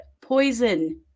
poison